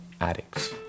addicts